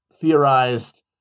theorized